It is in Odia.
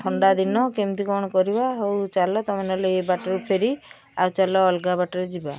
ଥଣ୍ଡା ଦିନ କେମିତି କ'ଣ କରିବା ହଉ ଚାଲ ତୁମେ ନହେଲେ ଏ ବାଟରେ ଫେରି ଆଉ ଚାଲ ଅଲଗା ବାଟରେ ଯିବା